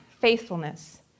faithfulness